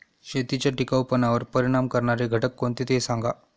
शेतीच्या टिकाऊपणावर परिणाम करणारे घटक कोणते ते सांगा